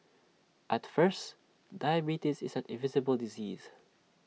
at first diabetes is an invisible disease